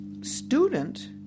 Student